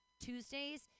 Tuesdays